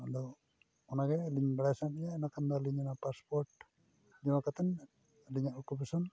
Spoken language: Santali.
ᱟᱫᱚ ᱚᱱᱟᱜᱮ ᱟᱹᱞᱤᱧ ᱵᱟᱲᱟᱭ ᱥᱟᱱᱟᱭᱮᱫ ᱞᱤᱧᱟ ᱵᱟᱠᱷᱟᱱ ᱟᱹᱞᱤᱧ ᱯᱟᱥᱯᱳᱨᱴ ᱵᱮᱱᱟᱣ ᱠᱟᱛᱮᱫ ᱟᱹᱞᱤᱧᱟᱜ ᱚᱠᱳᱯᱮᱥᱮᱱ